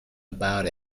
about